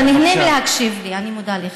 אתה נהנה להקשיב לי, אני מודה לך.